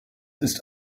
ist